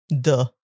Duh